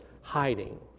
hiding